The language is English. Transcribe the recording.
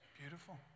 Beautiful